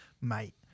mate